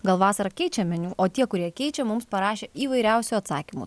gal vasarą keičia meniu o tie kurie keičia mums parašė įvairiausių atsakymų